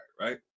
right